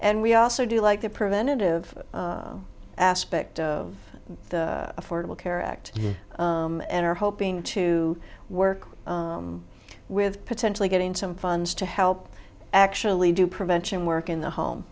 and we also do like the preventive aspect of the affordable care act and are hoping to work with potentially getting some funds to help actually do prevention work in the home